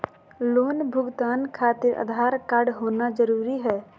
Loan भुगतान खातिर Aadhaar card होना जरूरी है?